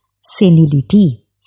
senility